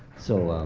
so,